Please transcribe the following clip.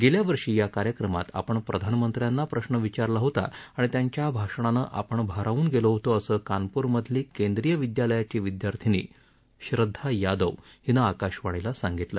गेल्या वर्षी या कार्यक्रमात आपण प्रधानमंत्र्यांना प्रश्न विचारला होता आणि त्यांच्या भाषणानं आपण भारावुन गेलो होतो असं कानपूर मधली केंद्रीय विद्यालयाची विद्यार्थिनी श्रद्धा यादव हिनं आकाशांणीला सांगितलं